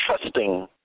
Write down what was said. trusting